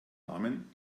namen